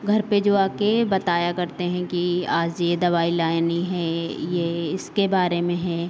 घर पे जो आके बताया करते हैं कि आज ये दवाई लानी है ये इसके बारे में है